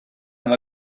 amb